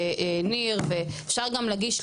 וניר ואפשר גם להגיש,